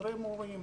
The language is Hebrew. חדרי מורים,